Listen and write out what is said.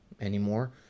anymore